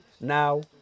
now